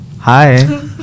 Hi